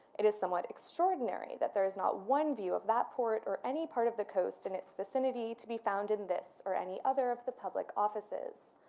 it is somewhat extraordinary that there is not one view of that port or any part of the coast and its vicinity to be found in this or any other of the public offices.